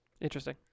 Interesting